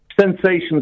sensations